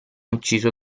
ucciso